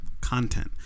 content